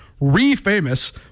re-famous